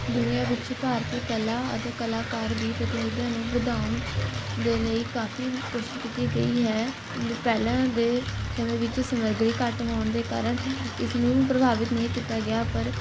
ਦੁਨੀਆਂ ਵਿੱਚ ਭਾਰਤੀ ਕਲਾ ਅਤੇ ਕਲਾਕਾਰ ਦੀ ਪ੍ਰਤੀਨਿਧਤਾ ਨੂੰ ਵਧਾਉਣ ਦੇ ਲਈ ਕਾਫ਼ੀ ਕੋਸ਼ਿਸ਼ ਕੀਤੀ ਗਈ ਹੈ ਪਹਿਲਾਂ ਦੇ ਸਮੇਂ ਵਿੱਚ ਸਮੱਗਰੀ ਘੱਟ ਹੋਣ ਦੇ ਕਾਰਨ ਇਸਨੂੰ ਪ੍ਰਭਾਵਿਤ ਨਹੀਂ ਕੀਤਾ ਗਿਆ ਪਰ